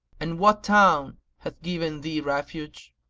and what town hath given thee refuge?